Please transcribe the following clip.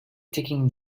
taking